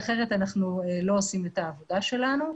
אחרת אנחנו לא עושים את העבודה שלנו.